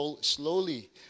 slowly